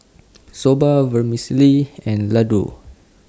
Soba Vermicelli and Ladoo